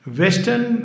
western